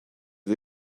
est